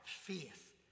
faith